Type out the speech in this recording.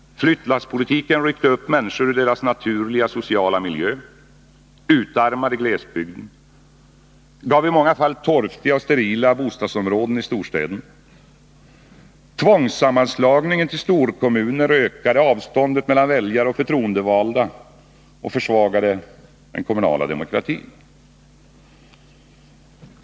Flyttlasspolitiken ryckte upp människor ur deras naturliga sociala miljö, utarmade glesbygden, gav i många fall torftiga och sterila bostadsområden i storstäderna. Tvångssammanslagningen till storkommuner ökade avståndet mellan väljare och förtroendevalda och försvagade den kommunala demokratin.